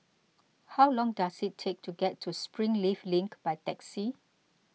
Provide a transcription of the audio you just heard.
how long does it take to get to Springleaf Link by taxi